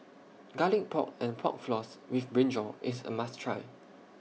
Garlic Pork and Pork Floss with Brinjal IS A must Try